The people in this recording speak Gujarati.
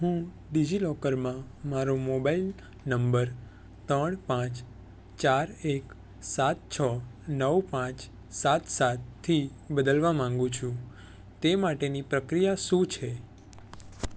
હું ડિજિલોકરમાં મારો મોબાઇલ નંબર ત્રણ પાંચ ચાર એક સાત છ નવ પાંચ સાત સાતથી બદલવા માગું છું તે માટેની પ્રક્રિયા શું છે